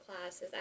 classes